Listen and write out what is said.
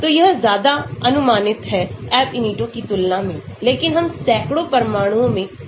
तो यह ज्यादा अनुमानित है Ab initio की तुलना में लेकिन हम सैकड़ों परमाणुओं में जा सकते हैं